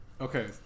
okay